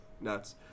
Nuts